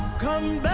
come